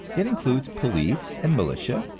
it includes police and militia,